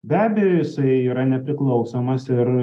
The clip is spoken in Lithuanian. be abejo jisai yra nepriklausomas ir